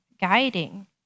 guiding